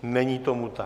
Není tomu tak.